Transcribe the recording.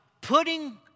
putting